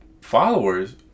followers